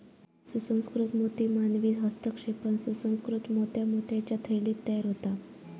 सुसंस्कृत मोती मानवी हस्तक्षेपान सुसंकृत मोत्या मोत्याच्या थैलीत तयार होता